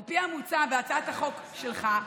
על פי המוצע בהצעת החוק שלך,